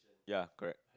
ya correct